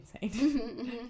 insane